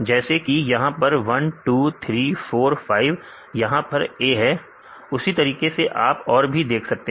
जैसे कि यहां पर 1 2 3 4 5 यहां पर A है उसी तरीके से आप और भी देख सकते हैं